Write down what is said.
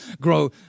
grow